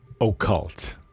occult